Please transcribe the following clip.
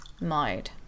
mode